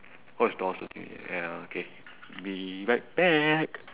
what is ya okay be right back